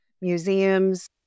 museums